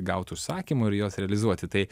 gautų užsakymų ir juos realizuoti tai